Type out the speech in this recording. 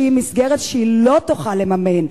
מסגרת שהיא לא תוכל לממן,